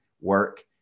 work